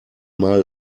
mal